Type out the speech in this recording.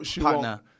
partner